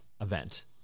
event